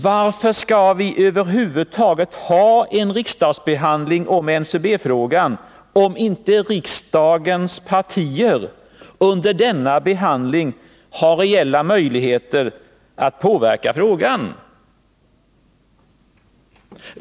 Varför skall vi över huvud taget ha en riksdagsbehandling av NCB-frågan om inte riksdagens partier under denna behandling har reella möjligheter att påverka frågan?